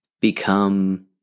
become